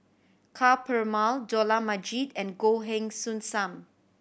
Ka Perumal Dollah Majid and Goh Heng Soon Sam